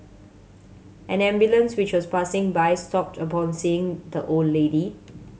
an ambulance which was passing by stopped upon seeing the old lady